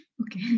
okay